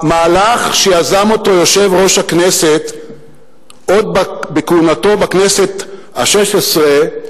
המהלך שיזם יושב-ראש הכנסת עוד בכהונתו בכנסת השש-עשרה,